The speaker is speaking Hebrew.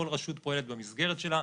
כל רשות פועלת במסגרת שלה.